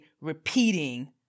repeating